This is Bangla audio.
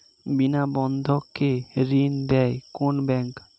বিনা বন্ধক কে ঋণ দেয় কোন ব্যাংক?